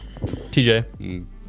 TJ